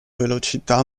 velocità